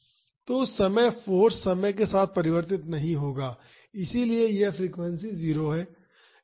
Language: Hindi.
तो उस समय फाॅर्स समय के साथ परिवर्तित नहीं होगा इसलिए यह फ्रीक्वेंसी 0 है